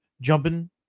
jumping